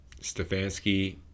Stefanski